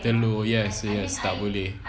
telur yes yes tak boleh